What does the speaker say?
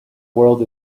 world